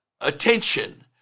attention